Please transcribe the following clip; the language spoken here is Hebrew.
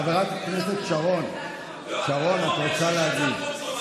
חברת הכנסת שרון, שרון, את רוצה להגיב?